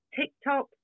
TikTok